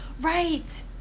right